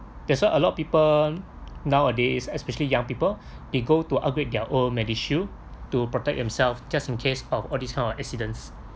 that's why a lot of people nowadays especially young people they go to upgrade their own medishield to protect themself just in case of all this kind of accidents